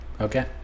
Okay